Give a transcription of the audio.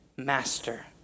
Master